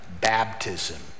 baptism